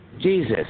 Jesus